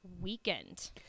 weekend